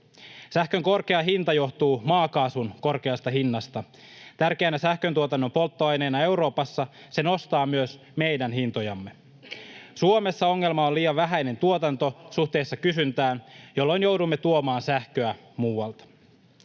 Sähkön korkea hinta johtuu maakaasun korkeasta hinnasta. Tärkeänä sähköntuotannon polttoaineena Euroopassa se nostaa myös meidän hintojamme. Suomessa ongelma on liian vähäinen tuotanto suhteessa kysyntään, jolloin joudumme tuomaan sähköä muualta.